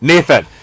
Nathan